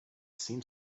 seemed